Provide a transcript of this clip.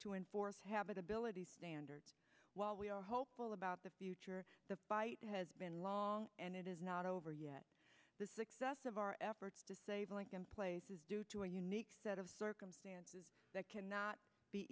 end habitability standard while we are hopeful about the future the fight has been long and it is not over yet the success of our efforts to save lincoln place is due to a unique set of circumstances that cannot be